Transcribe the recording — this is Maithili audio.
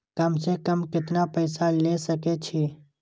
कम से कम केतना पैसा ले सके छी?